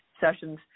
sessions